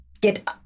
Get